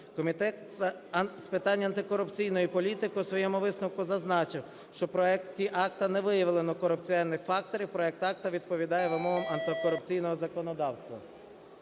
Комітет з питань антикорупційної політики у своєму висновку зазначив, що в проекті акта не виявлено корупціогенних факторів, проект акта відповідає вимогам антикорупційного законодавства.